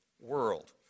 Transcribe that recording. world